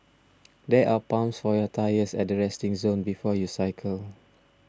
there are pumps for your tyres at the resting zone before you cycle